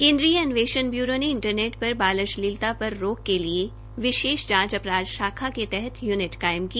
केन्द्रीय अन्वेषण ब्य्रो ने इंटरनेट पर बाल अश्लीलता पर रोक के लिए विशेष जांच अपराध शाखा के तहत यूनिट कायम की